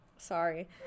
Sorry